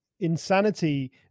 insanity